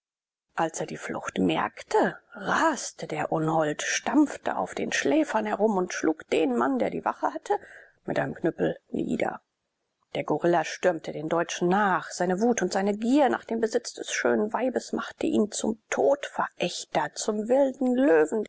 als er die flucht merkte raste der unhold stampfte auf den schläfern herum und schlug den mann der die wache hatte mit einem knüppel nieder der gorilla stürmte den deutschen nach seine wut und seine gier nach dem besitz des schönen weibes machte ihn zum todverächter zum wilden löwen